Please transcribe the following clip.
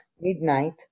midnight